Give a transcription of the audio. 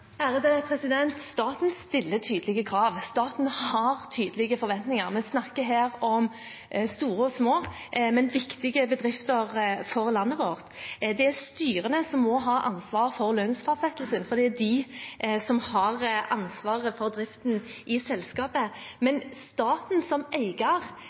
krav. Staten har tydelige forventninger. Vi snakker her om store og små, men viktige bedrifter for landet vårt. Det er styrene som må ha ansvaret for lønnsfastsettelser, for det er de som har ansvaret for driften i selskapet. Men staten som eier